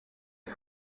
est